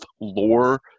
lore